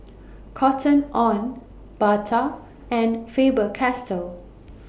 Cotton on Bata and Faber Castell